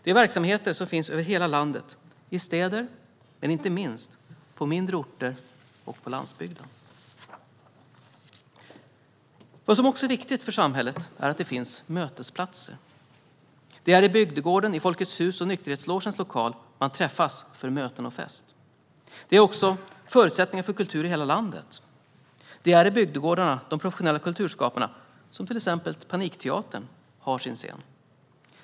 Det är verksamheter som finns över hela landet, i städer och inte minst på mindre orter och på landsbygden. Vad som också är viktigt för samhället är att det finns mötesplatser. Det är i bygdegården, i Folkets hus och i nykterhetslogens lokal man träffas för möten och fest. Mötesplatserna är en förutsättning för kultur i hela landet. Det är i bygdegårdarna professionella kulturskapare som Panikteatern har sin scen.